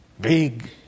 Big